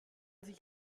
sich